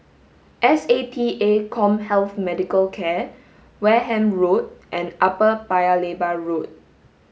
S A T A CommHealth Medical Wareham Road and Upper Paya Lebar Road